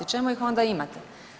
Čemu ih onda imate?